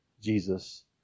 Jesus